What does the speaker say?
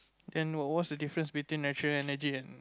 and what's the difference between natural energy and